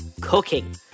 cooking